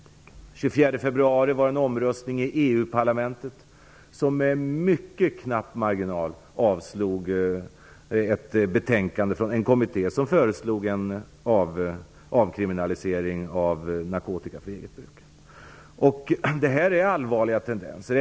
Den 24 februari avslogs i en omröstning i EU-parlamentet med mycket knapp marginal ett betänkande från en kommit te som föreslog en avkriminalisering av narkotika för eget bruk. Det är allvarliga tendenser.